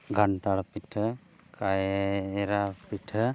ᱠᱟᱱᱴᱷᱟᱲ ᱯᱤᱴᱷᱟᱹ ᱠᱟᱭᱨᱟ ᱯᱤᱴᱷᱟᱹ